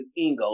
Ingo